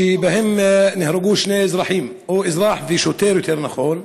שבהם נהרגו שני אזרחים, או אזרח ושוטר, יותר נכון,